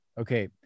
okay